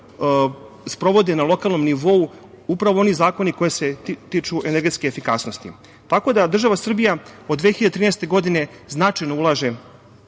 sprovode na lokalnom nivou, upravo oni zakoni koji se tiču energetske efikasnosti. Tako da, država Srbija od 2013. godine značajno ulaže